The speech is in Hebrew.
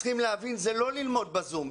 צריכים להבין שזה לא ללמוד ב-זום.